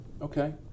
Okay